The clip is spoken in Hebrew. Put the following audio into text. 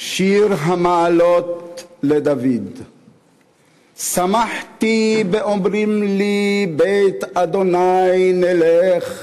"שיר המעלות לדוד שמחתי באמרים לי בית ה' נלך.